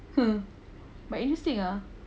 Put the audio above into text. but interesting ah